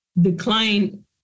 decline